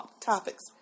topics